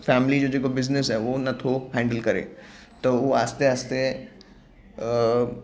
family जो जेको business आहे उहो नथो हैंडिल करे त उहो आस्ते आस्ते